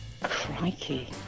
Crikey